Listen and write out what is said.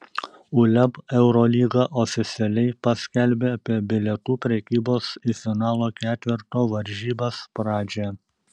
uleb eurolyga oficialiai paskelbė apie bilietų prekybos į finalo ketverto varžybas pradžią